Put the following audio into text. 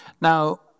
Now